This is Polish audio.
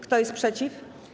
Kto jest przeciw?